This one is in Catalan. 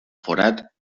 forat